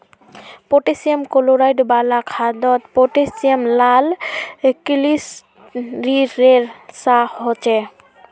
potassium chloride वाला खादोत potassium लाल क्लिस्तेरेर सा होछे